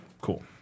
cool